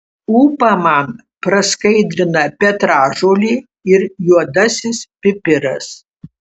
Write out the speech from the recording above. ūpą man praskaidrina petražolė ir juodasis pipiras